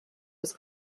was